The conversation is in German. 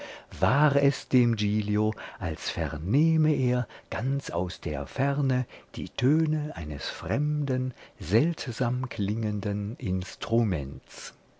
war es dem giglio als vernehme er ganz aus der ferne die töne eines fremden seltsam klingenden instruments